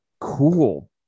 cool